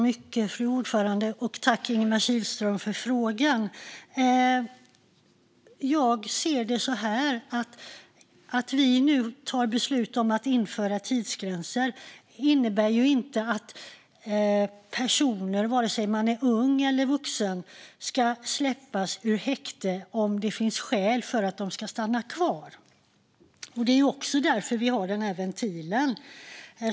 Fru talman! Tack, Ingemar Kihlström, för frågan! Jag ser det så här: Att vi nu tar beslut om att införa tidsgränser innebär inte att personer, vare sig unga eller vuxna, ska släppas ur häkte om det finns skäl för att de ska stanna kvar. Det är därför vi har ventilen.